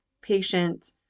patient